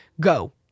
go